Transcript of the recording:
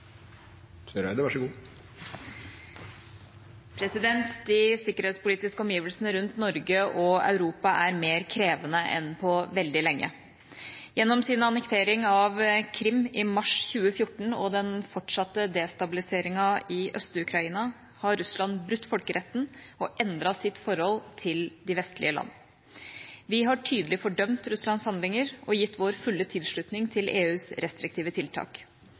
mer krevende enn på veldig lenge. Gjennom sin annektering av Krim i mars 2014 og den fortsatte destabiliseringa i Øst-Ukraina har Russland brutt folkeretten og endret sitt forhold til de vestlige land. Vi har tydelig fordømt Russlands handlinger og gitt vår fulle tilslutning til EUs restriktive tiltak.